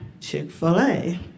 Chick-fil-A